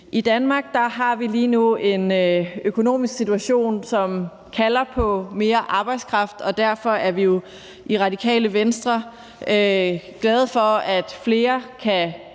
I Danmark har vi lige nu en økonomisk situation, som kalder på mere arbejdskraft, og derfor er vi jo i Radikale Venstre glade for, at flere kan